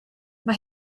mae